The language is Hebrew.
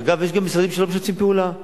אגב, יש גם משרדים שלא משתפים פעולה.